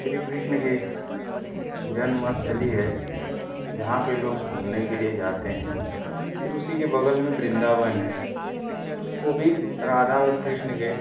श्री कृष्ण के जन्मस्थली है जहाँ पर लोग घूमने के लिए जाते हैं फिर उसी के बगल में वृंदावन है वो भी राधा और कृष्ण के